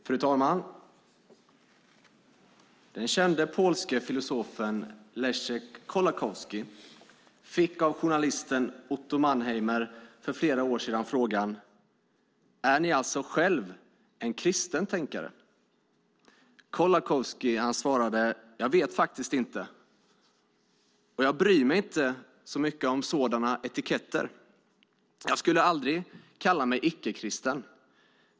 Fru talman! Den kände polske filosofen Leszek Kolakowski fick av journalisten Otto Mannheimer för flera år sedan frågan: "Är ni alltså själv en kristen tänkare?" Kolakowski svarade: "Jag vet faktiskt inte, och jag bryr mig inte om sådana etiketter. Jag skulle aldrig kalla mig icke-kristen.